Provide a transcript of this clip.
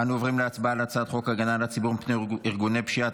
אנו עוברים להצבעה על הצעת חוק הגנה על הציבור מפני ארגוני פשיעה,